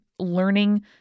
learning